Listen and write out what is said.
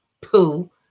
Poo